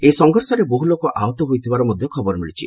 ଏହି ସଂଘର୍ଷରେ ବହୁ ଲୋକ ଆହତ ହୋଇଥିବାର ମଧ୍ୟ ଖବର ମିଳିଛି